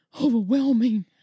overwhelming